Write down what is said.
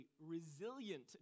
resilient